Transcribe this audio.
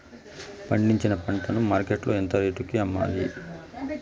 పండించిన పంట ను మార్కెట్ లో ఎంత రేటుకి అమ్మాలి?